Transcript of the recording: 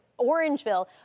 Orangeville